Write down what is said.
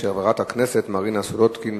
של חברת הכנסת מרינה סולודקין.